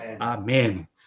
Amen